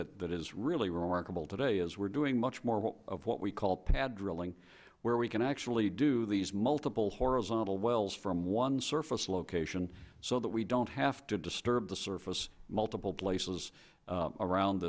that is really remarkable today is we're doing much more of what we call pad drilling where we can actually do these multiple horizontal wells from one surface location so that we don't have to disturb the surface multiple places